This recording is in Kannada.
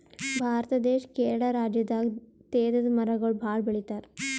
ಭಾರತ ದೇಶ್ ಕೇರಳ ರಾಜ್ಯದಾಗ್ ತೇಗದ್ ಮರಗೊಳ್ ಭಾಳ್ ಬೆಳಿತಾರ್